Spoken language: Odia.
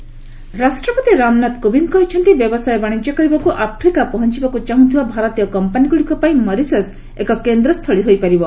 କୋବିନ୍ ମରିସସ୍ ରାଷ୍ଟ୍ରପତି ରାମନାଥ କୋବିନ୍ଦ୍ କହିଛନ୍ତି ବ୍ୟବସାୟ ବାଣିଜ୍ୟ କରିବାକୁ ଆଫ୍ରିକା ପହଞ୍ଚବାକୁ ଚାହୁଁଥିବା ଭାରତୀୟ କମ୍ପାନୀଗୁଡ଼ିକପାଇଁ ମରିସସ୍ ଏକ କେନ୍ଦ୍ରସ୍ଥଳୀ ହୋଇପାରିବ